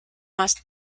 más